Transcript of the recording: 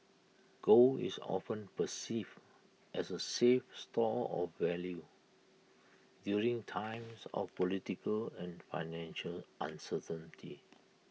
gold is often perceived as A safe store of value during times of political and financial uncertainty